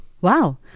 wow